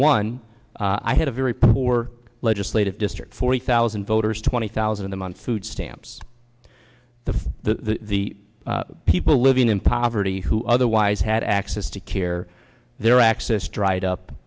one i had a very poor legislative district forty thousand voters twenty thousand a month food stamps the for the the people living in poverty who otherwise had access to care their access dried up